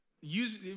use